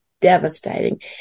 devastating